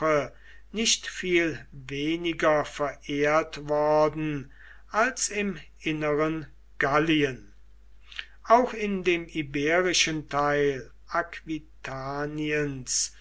nicht viel weniger verehrt worden als im inneren gallien auch in dem iberischen teil